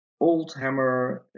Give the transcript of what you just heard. Oldhammer